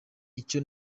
icyo